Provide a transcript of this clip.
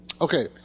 Okay